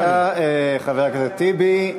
תודה, חבר הכנסת טיבי.